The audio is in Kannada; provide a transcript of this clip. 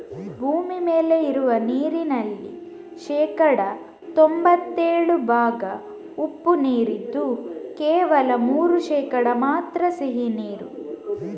ಭೂಮಿ ಮೇಲೆ ಇರುವ ನೀರಿನಲ್ಲಿ ಶೇಕಡಾ ತೊಂಭತ್ತೇಳು ಭಾಗ ಉಪ್ಪು ನೀರಿದ್ದು ಕೇವಲ ಮೂರು ಶೇಕಡಾ ಮಾತ್ರ ಸಿಹಿ ನೀರು